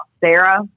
Sarah